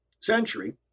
century